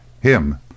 Him